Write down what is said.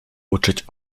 uczyć